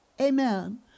Amen